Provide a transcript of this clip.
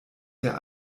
der